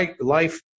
Life